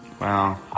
Wow